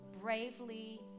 bravely